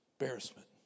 embarrassment